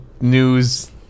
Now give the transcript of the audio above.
news